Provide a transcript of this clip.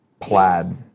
plaid